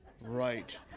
Right